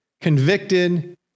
convicted